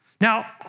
Now